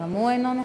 גם הוא אינו נוכח,